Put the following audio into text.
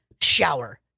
Shower